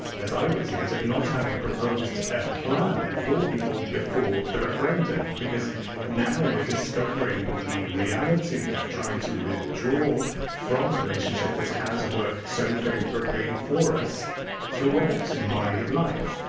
as i would see it, of not having proposed a plan for people before the referendum, because now we're discovering and the reality of trying to withdraw from a relationship that has worked so favourably for us throughout and my life.